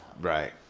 Right